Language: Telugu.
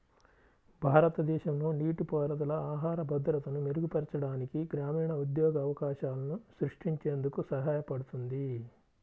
భారతదేశంలో నీటిపారుదల ఆహార భద్రతను మెరుగుపరచడానికి, గ్రామీణ ఉద్యోగ అవకాశాలను సృష్టించేందుకు సహాయపడుతుంది